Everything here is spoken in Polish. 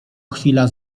chwila